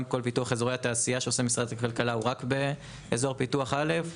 גם כל פיתוח אזורי התעשייה שעושה משרד הכלכלה מתבצע רק באזור פיתוח א'.